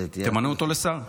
תמנו אותו לשר.